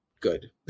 good